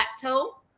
plateau